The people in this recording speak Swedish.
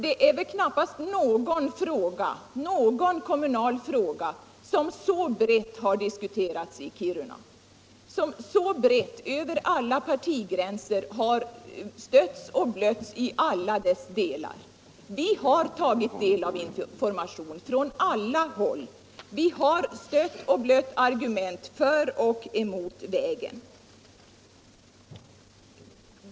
Det finns väl knappast någon kommunal fråga som har diskuterats i Kiruna så brett, över alla partigränser, som denna. Vi har tagit del av information från alla håll, och vi har stött och blött argument för och emot vägen.